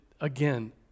again